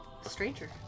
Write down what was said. Stranger